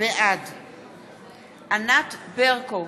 בעד ענת ברקו,